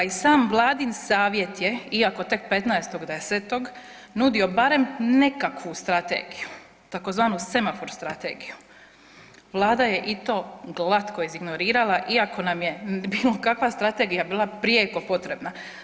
Pa i sam Vladin savjet je iako tek 15.10. nudio barem nekakvu strategiju tzv. semafor strategiju, Vlada je i to glatko izignorirala iako nam je bilo kakva strategija bila prijeko potrebna.